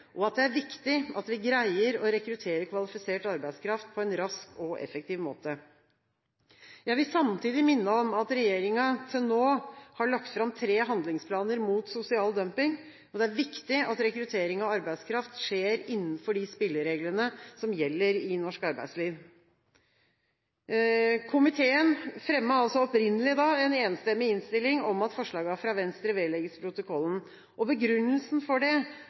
og at det er viktig at vi greier å rekruttere kvalifisert arbeidskraft på en rask og effektiv måte. Jeg vil samtidig minne om at regjeringen til nå har lagt fram tre handlingsplaner mot sosial dumping. Det er viktig at rekruttering av arbeidskraft skjer innenfor de spillereglene som gjelder i norsk arbeidsliv. Komiteen fremmet opprinnelig en enstemmig innstilling om at forslagene fra Venstre skulle vedlegges protokollen. Begrunnelse for det